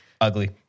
ugly